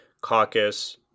caucus